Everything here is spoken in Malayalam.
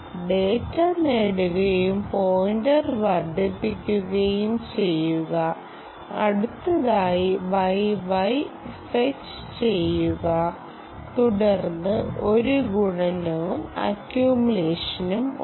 ഡാറ്റ നേടുകയും പോയിന്റർ വർദ്ധിപ്പിക്കുകയും ചെയ്യുക അടുത്തതായി yy ഫെച്ച് ചെയ്യുക തുടർന്ന് ഒരു ഗുണനവും അക്കൂമുലേഷനും ഉണ്ട്